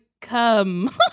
come